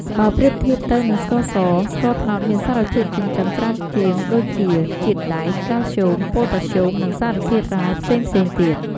បើប្រៀបធៀបទៅនឹងស្ករស ស្ករត្នោតមានសារធាតុចិញ្ចឹមច្រើនជាងដូចជា ជាតិដែក កាល់ស្យូម ប៉ូតាស្យូម និងសារធាតុរ៉ែផ្សេងៗទៀត។